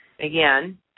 again